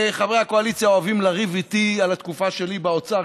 חברי הקואליציה אוהבים לריב איתי על התקופה שלי באוצר,